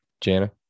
Jana